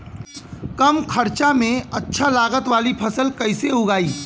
कम खर्चा में अच्छा लागत वाली फसल कैसे उगाई?